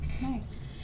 Nice